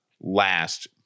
last